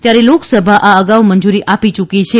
ત્યારે લોકસભા આ અગાઉ મંજૂરી આાતી યૂકી છે